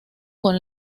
con